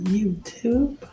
YouTube